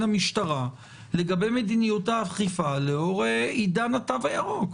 המשטרה לגבי מדיניות האכיפה לאור עידן התו הירוק.